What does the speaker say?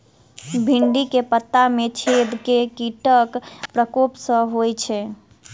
भिन्डी केँ पत्ता मे छेद केँ कीटक प्रकोप सऽ होइ छै?